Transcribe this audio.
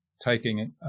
taking